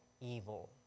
evil